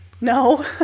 No